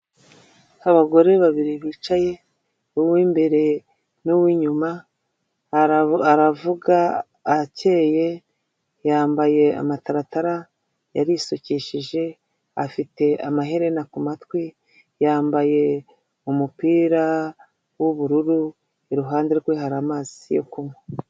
Abagore babiri bicaye uw'imbere nuw'inyuma, aravuga akeye, yambaye amataratara, yarisukishije afite amaherena ku matwi, yambaye umupira w'ubururu, iruhande rwe hari amazi yo kunywa.